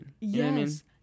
Yes